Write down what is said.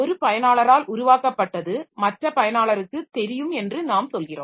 ஒரு பயனாளரால் உருவாக்கப்பட்டது மற்றொரு பயனாளருக்கு தெரியும் என்று நாம் சொல்கிறோம்